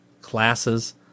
classes